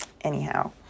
anyhow